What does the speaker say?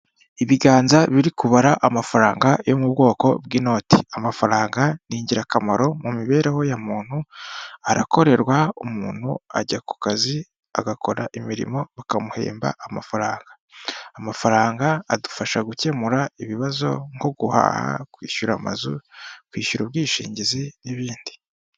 Ibiganza biri kubara amafaranga yo mu bwoko bw'inoti, amafaranga ni ingirakamaro mu mibereho ya muntu arakorerwa umuntu ajya ku kazi agakora imirimo bakamuhemba amafaranga. Amafaranga adufasha gukemura ibibazo nko guhaha, kwishyura amazu, kwishyura ubwishingizi, n'ibindi.